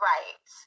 Right